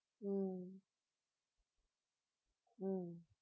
mm mm